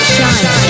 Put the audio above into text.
Shine